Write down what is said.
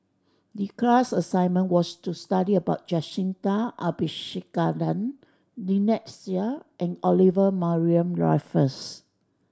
the class assignment was to study about Jacintha Abisheganaden Lynnette Seah and Olivia Mariamne Raffles